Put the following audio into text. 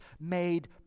made